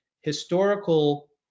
historical